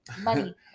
money